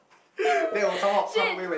shit